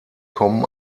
kommen